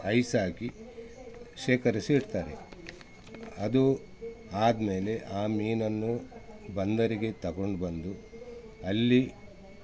ice ಹಾಕಿ ಶೇಖರಿಸಿ ಇಡ್ತಾರೆ ಅದು ಆದ ಮೇಲೆ ಆ ಮೀನನ್ನು ಬಂದರಿಗೆ ತೊಗೊಂಡ್ಬಂದು ಅಲ್ಲಿ